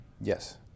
Yes